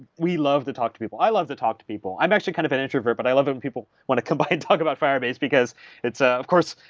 we love the talk to people. i love to talk to people. i'm actually kind of an introvert, but i love it when people want to come but up and talk about firebase because it's, ah of course,